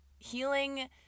Healing